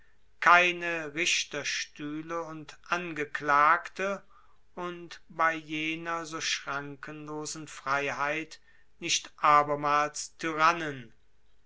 keine richterstühle und angeklagte und bei jener so schrankenlosen freiheit nicht abermals tyrannen